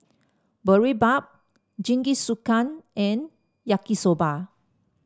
Boribap Jingisukan and Yaki Soba